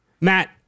Matt